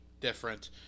different